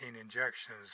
injections